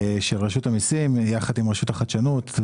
רשות המיסים יחד עם רשות החדשנות,